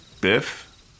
Biff